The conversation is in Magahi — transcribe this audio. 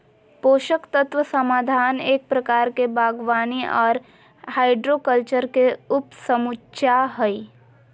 पोषक तत्व समाधान एक प्रकार के बागवानी आर हाइड्रोकल्चर के उपसमुच्या हई,